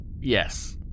yes